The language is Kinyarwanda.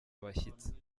abashyitsi